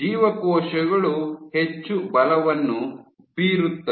ಜೀವಕೋಶಗಳು ಹೆಚ್ಚು ಬಲವನ್ನು ಬೀರುತ್ತವೆ